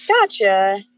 Gotcha